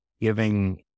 giving